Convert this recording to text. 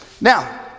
Now